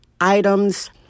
items